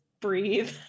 breathe